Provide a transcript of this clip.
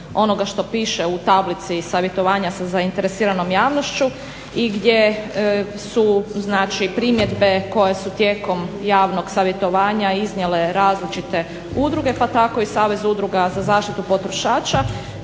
onoga što piše u tablici savjetovanja sa zainteresiranom javnošću i gdje su, znači primjedbe koje su tijekom javnog savjetovanja iznijele različite udruge pa tako i Savez udruga za zaštitu potrošača